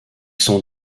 sont